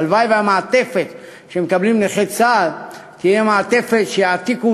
הלוואי שהמעטפת שמקבלים נכי צה"ל תהיה המעטפת שיעתיקו